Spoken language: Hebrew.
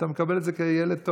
אתה מקבל את זה כילד טוב.